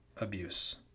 abuse